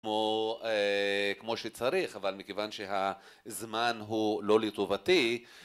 כמו שצריך אבל מכיוון שהזמן הוא לא לטובתי